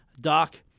Doc